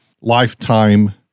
lifetime